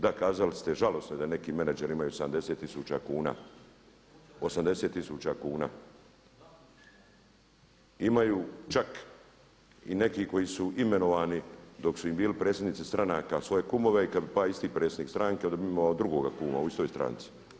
Da, kazali ste, žalosno je da neki menadžeri imaju 70 tisuća kuna, 80 tisuća kuna, imaju čak i neki koji su imenovani dok su im bili predsjednici stranaka, svoje kumove i kad bi pa isti predsjednik stranke onda bi imao drugoga kuma u istoj stranci.